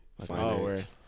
Finance